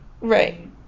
Right